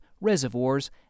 reservoirs